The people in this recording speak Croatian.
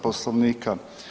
Poslovnika.